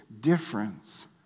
difference